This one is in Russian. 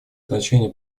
значение